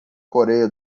coreia